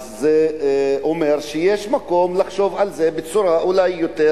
זה אומר שיש מקום לחשוב על זה בצורה אולי יותר